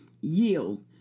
yield